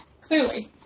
clearly